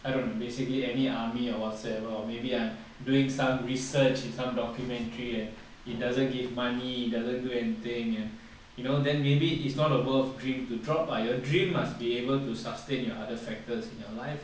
I don't know basically any army or whatsoever or maybe I'm doing some research some documentary and it doesn't give money it doesn't do anything and you know then maybe it's not above dream to drop but your dream must be able to sustain your other factors in your life ah